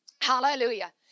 Hallelujah